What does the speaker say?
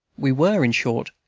we were, in short,